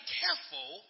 careful